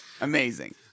Amazing